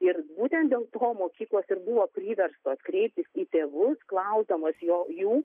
ir būtent dėl to mokyklos ir buvo priverstos kreiptis į tėvus klausdamos jo jų